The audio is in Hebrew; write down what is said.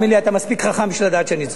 אתה מספיק חכם בשביל לדעת שאני צודק.